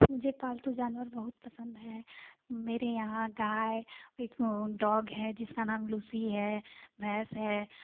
मुझे पालतू जानवर बहुत पसंद है मेरे यहाँ गाय एक डॉग है जिसका नाम लूसी है भैंस है